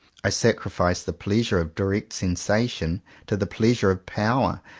i sacrifice the pleasure of direct sensation to the pleasure of power,